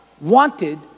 wanted